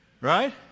right